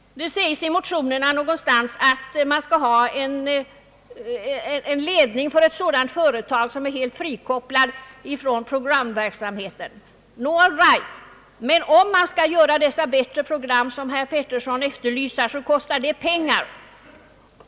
Någonstans i motionerna sägs att ett sådant företag skall ha en ledning, som är helt frikopplad från programverksamheten. All right, men skall man göra dessa bättre program som herr Peterson här efterlyser, kostar det pengar.